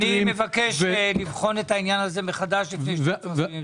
אני מבקש לבחון את העניין הזה מחדש לפני שמפרסמים את הצו.